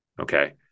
okay